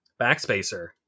Backspacer